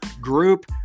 group